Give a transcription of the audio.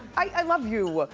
i love you.